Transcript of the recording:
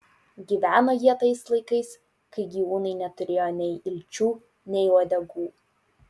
gyveno jie tais laikais kai gyvūnai neturėjo nei ilčių nei uodegų